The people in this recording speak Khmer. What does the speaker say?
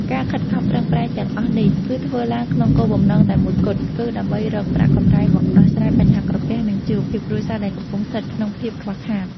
ការខិតខំប្រឹងប្រែងទាំងអស់នេះ គឺធ្វើឡើងក្នុងគោលបំណងតែមួយគត់ គឺដើម្បីរកប្រាក់កម្រៃមកដោះស្រាយបញ្ហាក្រពះ និងជីវភាពគ្រួសារដែលកំពុងស្ថិតក្នុងភាពខ្វះខាត។